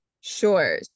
sure